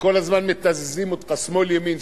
שכל הזמן מתזזים אותך שמאל ימין,